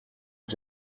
que